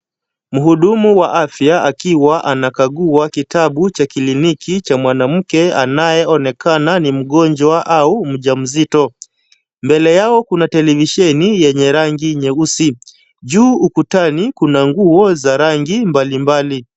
Mhudumu wa afya akiwa anakagua kitabu cha kliniki cha mwanamke anayeonekana ni mgonjwa au mjamzito. Mbele yao kuna televisheni yenye rangi nyeusi. Juu ukutani kuna nguo za rangi mbalimbali.